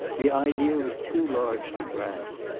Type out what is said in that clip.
the idea was too large to grasp.